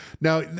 Now